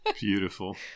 Beautiful